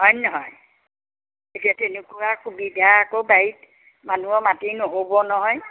হয়নে নহয় এতিয়া তেনেকুৱা সুবিধা আকৌ বাৰীত মানুহৰ মাটি নহ'ব নহয়